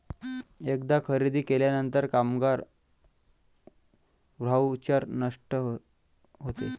एकदा खरेदी केल्यावर कामगार व्हाउचर नष्ट होते